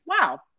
wow